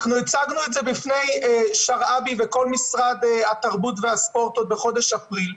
אנחנו הצגנו את זה בפני שרעבי וכל משרד התרבות והספורט עוד בחודש אפריל.